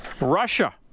Russia